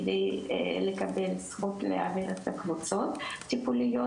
על מנת לקבל זכות להעביר את הקבוצות הטיפוליות.